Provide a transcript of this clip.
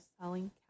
selling